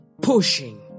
pushing